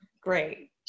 Great